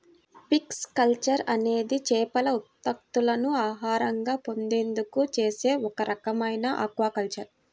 pisciculture అనేది చేపల ఉత్పత్తులను ఆహారంగా పొందేందుకు చేసే ఒక రకమైన ఆక్వాకల్చర్